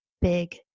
big